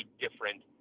different